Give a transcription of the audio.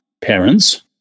parents